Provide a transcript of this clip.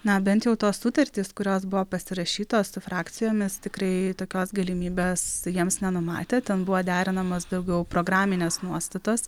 na bent jau tos sutartys kurios buvo pasirašytos su frakcijomis tikrai tokios galimybės jiems nenumatė ten buvo derinamos daugiau programinės nuostatos